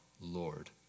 Lord